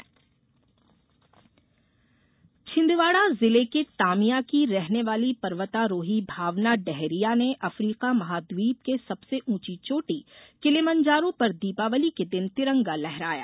पर्वतारोही छिंदवाड़ा जिले के तामिया की रहने वाली पर्वतारोही भावना डेहरिया ने अफ्रीका महाद्दीप की सबसे ऊंची चोटी किलिमंजारो पर दीपावली के दिन तिरंगा लहराया